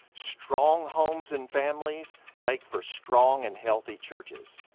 strong homes and families make for strong and healthy churches.